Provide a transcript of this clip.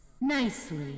nicely